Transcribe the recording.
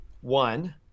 one